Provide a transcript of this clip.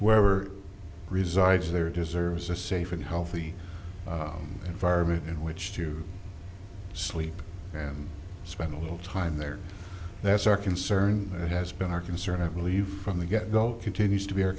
whoever resides there deserves a safe and healthy environment in which to sleep and spend a little time there that's our concern that has been our concern i believe from the get go continues to be